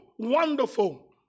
Wonderful